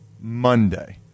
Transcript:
Monday